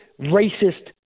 racist